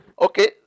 Okay